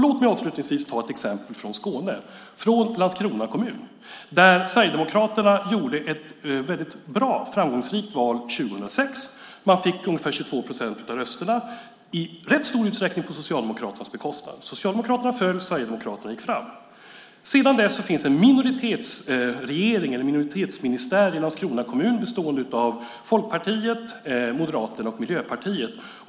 Låt mig avslutningsvis ta ett exempel från Skåne, från Landskrona kommun där Sverigedemokraterna gjorde ett väldigt framgångsrikt val 2006. Man fick ungefär 22 procent av rösterna, i rätt stor utsträckning på Socialdemokraternas bekostnad. Socialdemokraterna föll, Sverigedemokraterna gick fram. Sedan dess finns det en minoritetsministär i Landskrona kommun bestående av Folkpartiet, Moderaterna och Miljöpartiet.